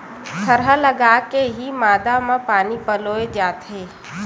थरहा लगाके के ही मांदा म पानी पलोय जाथे